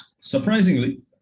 Surprisingly